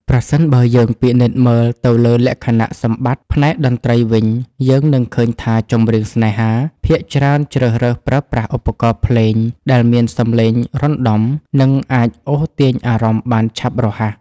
ប្រសិនបើយើងពិនិត្យមើលទៅលើលក្ខណៈសម្បត្តិផ្នែកតន្ត្រីវិញ យើងនឹងឃើញថា ចម្រៀងស្នេហា ភាគច្រើនជ្រើសរើសប្រើប្រាស់ឧបករណ៍ភ្លេងដែលមានសម្លេងរណ្ដំ និងអាចអូសទាញអារម្មណ៍បានឆាប់រហ័ស